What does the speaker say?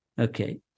Okay